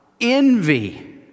envy